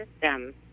system